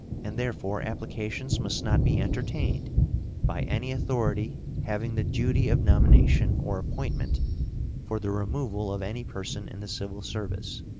and therefore applications must not be entertained by any authority having the duty of nomination or appointment for the removal of any person in the civil service,